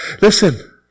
Listen